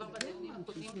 אבל כבר בדיונים הקודמים,